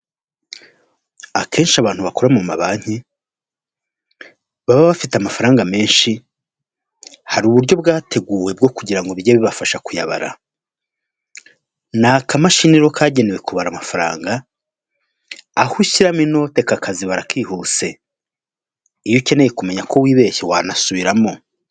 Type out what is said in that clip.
Akenshi abantu bakora mu mabanki, baba bafite amafaranga menshi, hari uburyo bwateguwe bwo kugira bijye bibafasha kuyabara. Ni akamashini rero kagenewe kubara amafaranga, aho ushyiramo inote kakazibara kihuse. Iyo ukeneye kumenya ko wibeshye wanasubiramo.